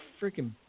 freaking